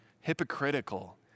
hypocritical